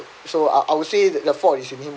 so I I would say that the fault's in him